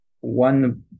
one